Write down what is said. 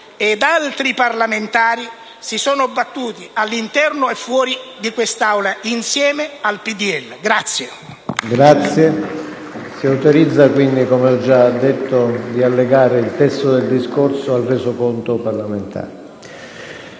ed altri parlamentari si sono battuti all'interno e fuori di quest'Aula insieme al PdL.